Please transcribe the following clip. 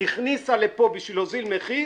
הכניסה לפה בשביל להוזיל מחיר.